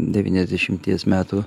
devyniasdešimties metų